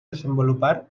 desenvolupar